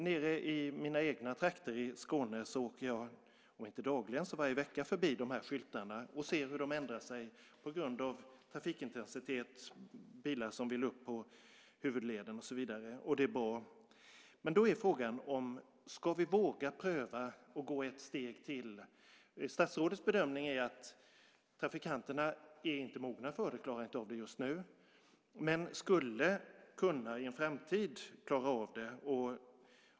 Nere i mina egna trakter i Skåne åker jag, om inte dagligen så varje vecka, förbi de här skyltarna och ser hur de ändrar sig på grund av trafikintensitet, bilar som vill upp på huvudleden och så vidare. Det är bra. Men frågan är om vi ska våga pröva att gå ett steg till. Statsrådets bedömning är att trafikanterna inte är mogna för det. Man klarar inte av det just nu, men de skulle kunna klara av det i en framtid.